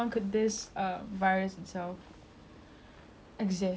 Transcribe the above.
exist so I think humankind human itself